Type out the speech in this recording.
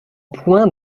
point